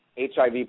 HIV